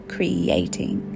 Creating